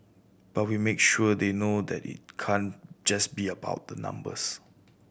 but we make sure they know that it can't just be about the numbers